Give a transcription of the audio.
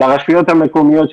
לרשויות המקומיות,